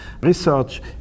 Research